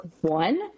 one